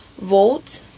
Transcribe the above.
Volt